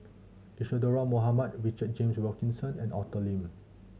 Isadhora Mohamed Richard James Wilkinson and Arthur Lim